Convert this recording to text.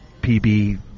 pb